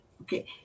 Okay